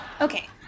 Okay